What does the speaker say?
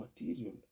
material